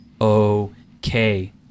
okay